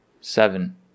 seven